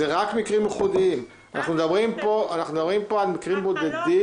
אנחנו מדברים פה על מקרים בודדים.